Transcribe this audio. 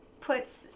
puts